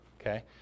okay